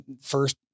first